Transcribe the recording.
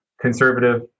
conservative